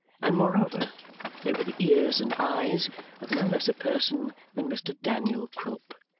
and moreover they were the ears and eyes of no less a person than mr daniel quilp,